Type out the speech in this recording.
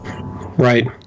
Right